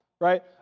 Right